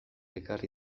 ekarri